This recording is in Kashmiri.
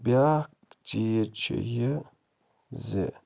بیٛاکھ چیٖز چھُ یہِ زِ